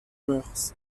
moeurs